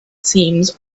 seems